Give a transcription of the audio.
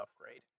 upgrade